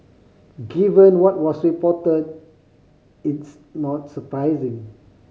given what was reported it's not surprising